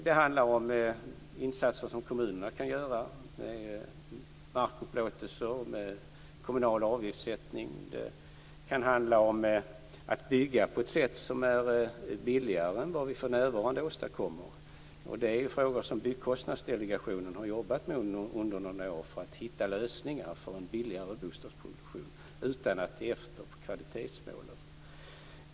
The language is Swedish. Det handlar om insatser som kommunerna kan göra, såsom markupplåtelser med kommunal avgiftssättning, och om att bygga på ett billigare sätt än för närvarande. Byggkostnadsdelegationen har under några år jobbat på att hitta lösningar för en billigare bostadsproduktion utan att kvalitetsmålet eftersätts.